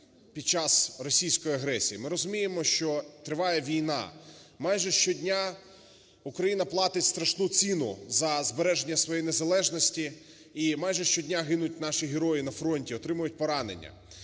під час російської агресії. Ми розуміємо, що триває війна. Майже щодня Україна платить страшну ціну за збереження своєї незалежності і майже щодня гинуть наші герої на фронті, отримують поранення.